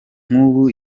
nk’ubu